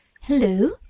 Hello